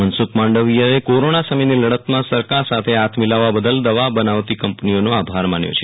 મનસુખ માંડવીયાએ કોરોના સામેની લડતમાં સરકાર સાથે હાથ મિલાવવા બદલ દવા બનાવતી કંપનીઓનો આભાર માન્યો છે